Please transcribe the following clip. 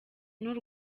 n’u